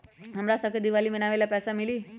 हमरा शव के दिवाली मनावेला पैसा मिली?